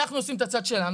אנחנו עושים את הצד שלנו,